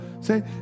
Say